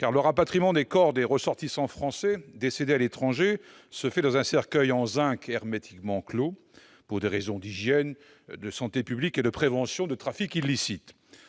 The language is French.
Le rapatriement des corps des ressortissants français décédés à l'étranger se fait en effet dans un cercueil en zinc hermétiquement clos, pour des raisons d'hygiène, de santé publique et de prévention des trafics illicites.